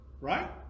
Right